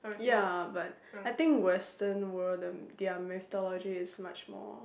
ya but I think Western world their meteorology is much more